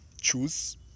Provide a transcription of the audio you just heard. choose